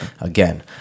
again